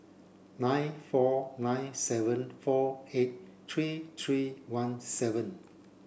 nine four nine seven four eight three three one seven